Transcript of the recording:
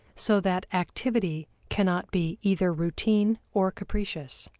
so that activity cannot be either routine or capricious.